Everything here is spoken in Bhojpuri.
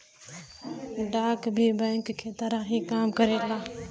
डाक भी बैंक के तरह ही काम करेला